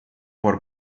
por